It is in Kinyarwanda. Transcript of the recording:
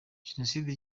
jenoside